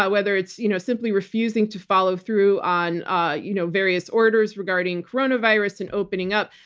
but whether it's you know simply refusing to follow through on ah you know various orders regarding coronavirus and opening up,